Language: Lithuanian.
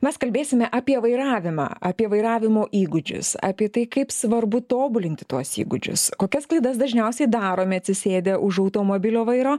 mes kalbėsime apie vairavimą apie vairavimo įgūdžius apie tai kaip svarbu tobulinti tuos įgūdžius kokias klaidas dažniausiai darome atsisėdę už automobilio vairo